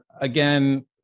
again